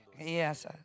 Yes